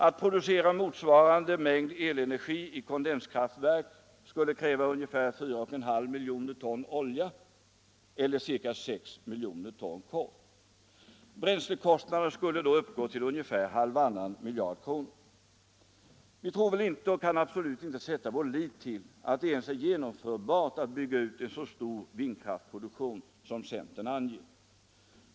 Att producera motsvarande mängd elenergi i kondenskraftverk skulle kräva ungefär 5 miljoner ton olja eller ca 6 miljoner ton kol. Bränslekostnaden skulle då uppgå till ungefär halvannan miljard kronor. Vi tror inte, och kan absolut inte sätta vår lit till, att det ens är genomförbart att bygga ut en så stor vindkraftsproduktion som centern anger.